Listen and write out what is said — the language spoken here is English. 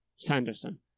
Sanderson